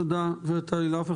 תודה, גברת טלי לאופר.